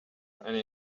there